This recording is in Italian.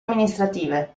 amministrative